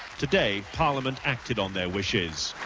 today, parliament acted on their wishes.